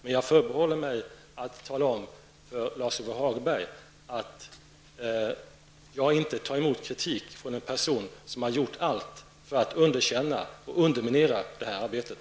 Men jag förbehåller mig rätten att tala om för Lars-Ove Hagberg att jag inte tar emot kritik från en person som har gjort allt för att underkänna och underminera det här arbetet.